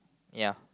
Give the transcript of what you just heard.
ya